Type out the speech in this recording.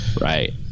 Right